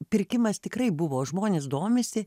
pirkimas tikrai buvo žmonės domisi